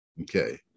okay